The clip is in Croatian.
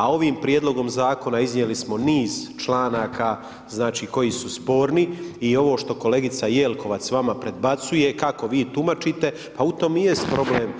A ovim prijedlogom zakona iznijeli smo niz članaka koji su sporni i ovo što kolegica Jekovac vama predbacuje kako vi tumačite, pa u tom jest problem